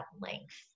length